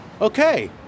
Okay